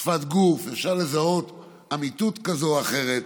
שפת גוף, אפשר לזהות אמיתות כזו או אחרת,